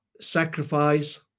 sacrifice